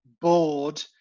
bored